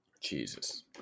Jesus